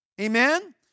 amen